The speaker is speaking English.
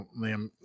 Liam